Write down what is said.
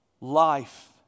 life